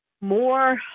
more